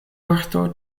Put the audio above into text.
vortoj